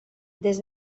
des